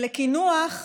ולקינוח,